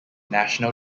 national